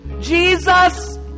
Jesus